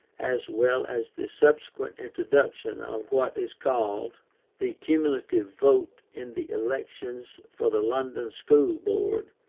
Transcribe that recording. as well as the subsequent introduction of what is called the cumulative vote in the elections for the london school board,